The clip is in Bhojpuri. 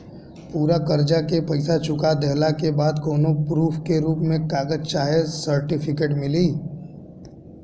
पूरा कर्जा के पईसा चुका देहला के बाद कौनो प्रूफ के रूप में कागज चाहे सर्टिफिकेट मिली?